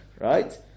Right